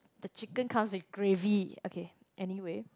the chicken comes with gravy okay anyway